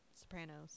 Sopranos